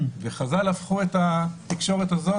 וחז"ל הפכו את התקשורת הזאת,